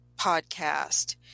podcast